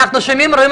מודה